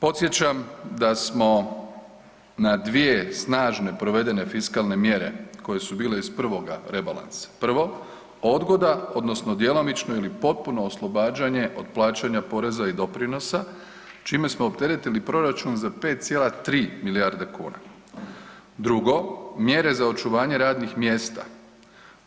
Podsjećam da smo na dvije snažne provedene fiskalne mjere koje su bile iz prvoga rebalansa, prvo odgoda odnosno djelomično ili potpuno oslobađanje od plaćanja porezna i doprinosa čime smo opteretili proračun za 5,3 milijarde kuna, drugo mjere za očuvanje radnih mjesta